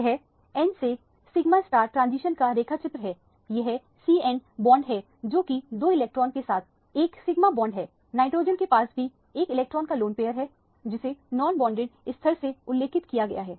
यह n से sigma transition का रेखाचित्र है यह C N बॉन्ड है जो कि 2 इलेक्ट्रॉन के साथ एक सिगमा बॉन्ड है नाइट्रोजन के पास भी एक इलेक्ट्रॉन का लोन पैयर है जिसे नॉन बॉन्डेड स्तर से उल्लेखित किया गया है